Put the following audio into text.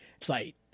site